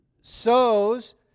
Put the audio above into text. sows